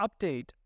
update